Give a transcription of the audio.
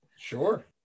Sure